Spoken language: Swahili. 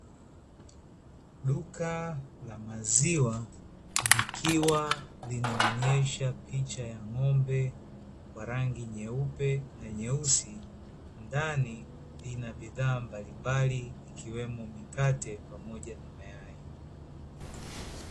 Duka la maziwa likiwa linaonyesha picha ya ng'ombe wa rangi nyeupe na nyeusi, ndani lina bidhaa mbalimbali ikiwemo mikate pamoja na mayai.